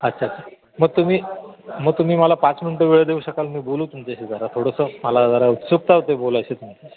अच्छा अच्छा मग तुम्ही मग तुम्ही मला पाच मिनटं वेळ देऊ शकाल मी बोलू तुमच्याशी जरा थोडंसं मला जरा उत्सुकता होती बोलायची तुम